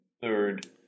third